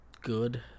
good